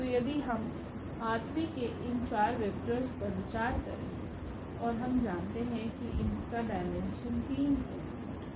तो यदि हम के इन 4 वेक्टोर्स पर विचार करें और हम जानते हैं कि इसका डायमेंशन 3 है